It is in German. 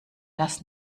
das